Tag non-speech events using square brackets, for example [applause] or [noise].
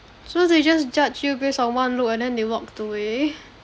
so they just judged you based on one look and then they walked away [breath]